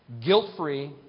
Guilt-free